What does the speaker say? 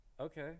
Okay